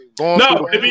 No